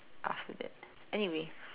after that anyway